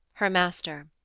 her master.